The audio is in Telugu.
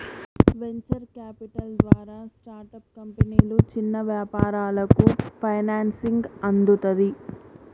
వెంచర్ క్యాపిటల్ ద్వారా స్టార్టప్ కంపెనీలు, చిన్న వ్యాపారాలకు ఫైనాన్సింగ్ అందుతది